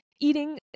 eating